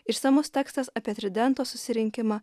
išsamus tekstas apie tridento susirinkimą